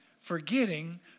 forgetting